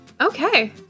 Okay